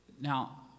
Now